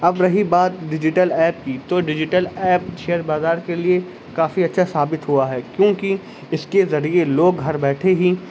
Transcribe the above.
اب رہی بات ڈجیٹل ایپ کی تو ڈیجیٹل ایپ شیئر بازار کے لیے کافی اچھا ثابت ہوا ہے کیونکہ اس کے ذریعے لوگ گھر بیٹھے ہی